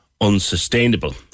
unsustainable